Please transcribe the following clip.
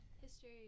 History